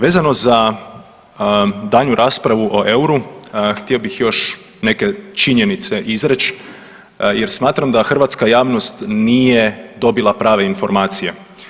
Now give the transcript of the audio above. Vezano za daljnju raspravu o EUR-u htio bih još neke činjenice izreć jer smatram da hrvatska javnost nije dobila prave informacije.